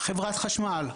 חברת חשמל,